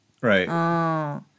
Right